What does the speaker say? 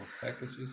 packages